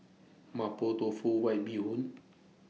Mapo Tofu White Bee Hoon